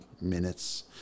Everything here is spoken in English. minutes